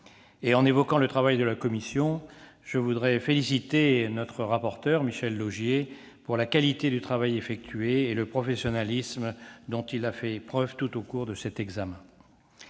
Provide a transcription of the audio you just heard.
cette évocation du travail de la commission pour féliciter notre rapporteur, Michel Laugier, de la qualité du travail effectué et du professionnalisme dont il a fait preuve tout au long de l'examen